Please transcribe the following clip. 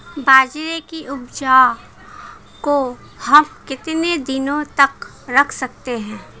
बाजरे की उपज को हम कितने दिनों तक रख सकते हैं?